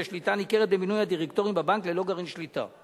שליטה ניכרת במינוי הדירקטורים בבנק ללא גרעין שליטה.